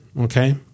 Okay